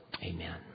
Amen